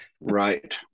Right